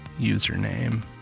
username